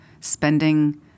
spending